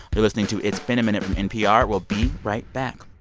you're listening to it's been a minute from npr. we'll be right back